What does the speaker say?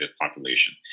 population